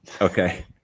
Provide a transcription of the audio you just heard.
Okay